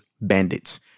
bandits